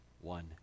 one